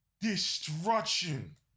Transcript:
destruction